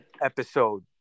episode